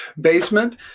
basement